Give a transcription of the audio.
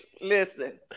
Listen